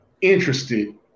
interested